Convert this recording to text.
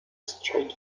straight